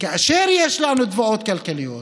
כאשר יש לנו תביעות כלכליות,